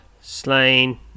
Slain